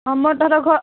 অ মই তহঁতৰ ঘৰ